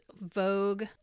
Vogue